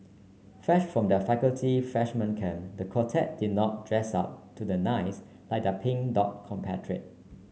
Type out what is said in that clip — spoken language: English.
fresh from their faculty freshman camp the quartet did not dress up to the nines like their Pink Dot compatriot